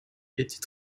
étaient